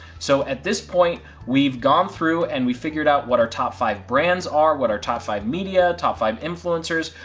so at this point we've gone through and we've figured out what our top five brands are, what are top five media, top five influencers.